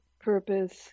purpose